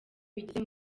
bigeze